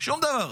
שום דבר.